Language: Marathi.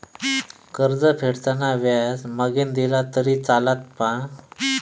कर्ज फेडताना व्याज मगेन दिला तरी चलात मा?